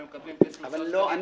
והם מקבלים כ-3 שקלים --- לא,